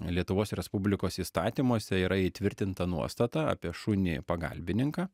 lietuvos respublikos įstatymuose yra įtvirtinta nuostata apie šunį pagalbininką